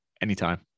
anytime